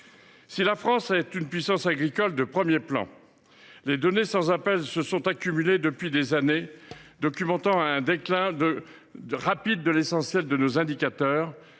Si la France est une puissance agricole de premier plan, les données sans appel se sont accumulées depuis des années, l’essentiel de nos indicateurs